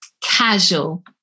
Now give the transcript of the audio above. casual